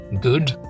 good